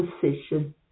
position